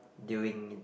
during